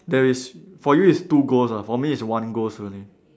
there is for you is two ghost ah for me is one ghost only